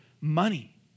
money